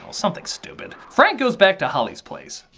something stupid. frank goes back to holli's place.